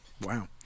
wow